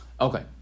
Okay